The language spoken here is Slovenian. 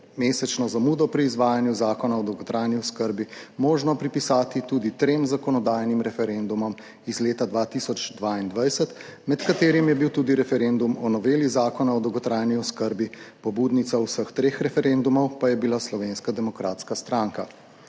mesečno zamudo pri izvajanju zakona o dolgotrajni oskrbi možno pripisati tudi trem zakonodajnim referendumom iz leta 2022, med katerimi je bil tudi referendum o noveli zakona o dolgotrajni oskrbi, pobudnica vseh treh referendumov pa je bila Slovenska demokratska stranka.